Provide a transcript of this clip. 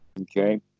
Okay